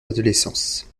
adolescence